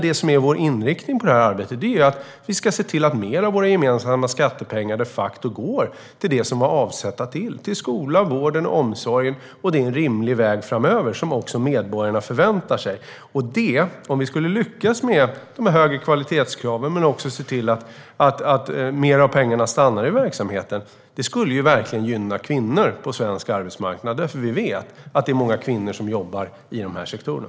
Det som är vår inriktning i det här arbetet är att vi ska se till att mer av våra gemensamma skattepengar de facto går till det som de är avsedda till, såsom skolan, vården och omsorgen. Det är framöver en rimlig väg som också medborgarna förväntar sig. Om vi skulle lyckas med de här högre kvalitetskraven och även se till att mer av pengarna stannar i verksamheten skulle det verkligen gynna kvinnor på svensk arbetsmarknad, för vi vet att det är många kvinnor som jobbar i de här sektorerna.